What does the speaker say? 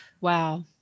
wow